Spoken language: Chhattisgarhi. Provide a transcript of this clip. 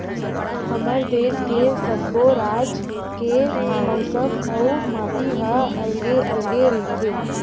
हमर देस के सब्बो राज के मउसम अउ माटी ह अलगे अलगे रहिथे